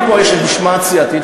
אם פה יש משמעת סיעתית,